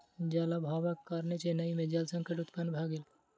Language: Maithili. जल अभावक कारणेँ चेन्नई में जल संकट उत्पन्न भ गेल